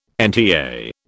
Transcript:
NTA